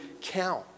count